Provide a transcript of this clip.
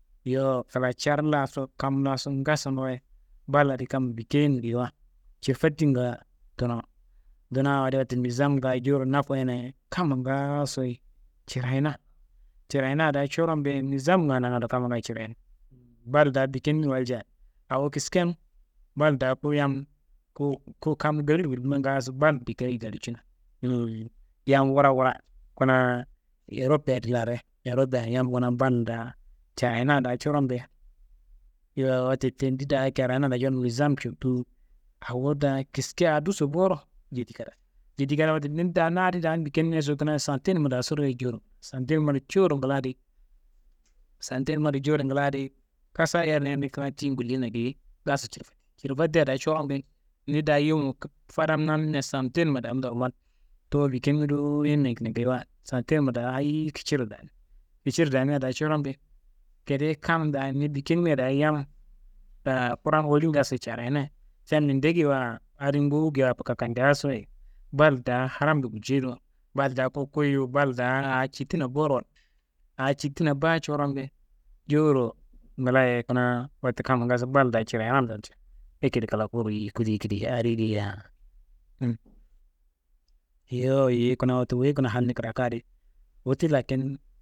Yowo klacar laaso, kam laaso ngason wayi, bal adi kammi bikeyin geyiwa cirfatinga duna wo. Duna wo adi wote, mizamnga jewuro na koyina ye, kamma ngaasoyi cirayina, cirayina daa curom be nizamnga nangando kamma ngaayo cirayina. Bal daa bikenimiro walja, awo kisken, bal daa ku yam ku, ku kam ngalliwu gullimia ngaaso bal bikeyi ngalliwucuno, yam wura wura kunaa eropia di laare, eropia yam kunaa bal daa carayina daa curom be, yowo wote tendi daa carayina daa curom be, nizam cottuwu awo daa kiske aa duso boworo jedi kada, jedi kada wote ni daa nadin daan bikenimiaso kunaa santenumma daasoroye jewu, santenummaro jewuro ngla di, santenumma di jewuro ngla di, kasaá yerne yerne kuna tiyin ngulliyinna geyi ngaso cirfati, cirfatia daa curom be ni daa yuwumu fadan nanimea santenumma daa normal, tumu bikenimi dowo yimi geyiwa, santenumma daa hayiyi kiciro dami, kiciro damia daa corom be, gedeyi kam daa ni bikenimia daa, yam kura n woli n ngasoyi carayina, ca minde geyiwa adin ngowu geyiwa, abakakandeasoyi bal daa haram guljei do, bal daa ku, ku yuwu bal daa aa cittina boworo walkuno, aa cittina baa curom be, jewuro ngla ye, kunaa wote kamma ngaso bal daa cirayina walcuno, akedi kla fuwuro yiye kudei kideye adi geyia. Yowo yeyi kuna wote wuyi kuna halni kraka di, wu ti lakin.